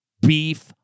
beef